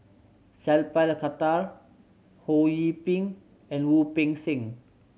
Sat Pal Khattar Ho Yee Ping and Wu Peng Seng